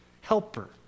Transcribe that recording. helper